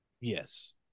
Yes